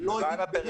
אני לא אגיד ---.